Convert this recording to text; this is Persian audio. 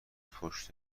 پشت